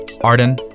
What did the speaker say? Arden